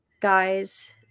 guys